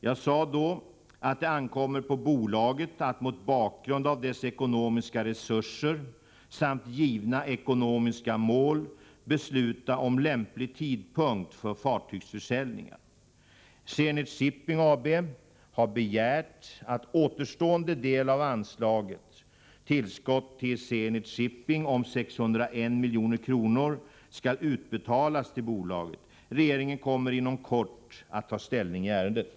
Jag sade då att det ankommer på bolaget att mot bakgrund av dess ekonomiska resurser samt givna ekonomiska mål besluta om lämplig tidpunkt för fartygsförsäljningar. Zenit Shipping AB har begärt att återstående del av anslaget Tillskott till Zenit Shipping AB om 601 milj.kr. skall utbetalas till bolaget. Regeringen kommer inom kort att ta ställning i ärendet.